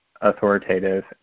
authoritative